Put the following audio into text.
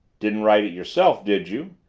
didn't write it yourself, did you?